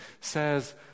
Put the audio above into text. says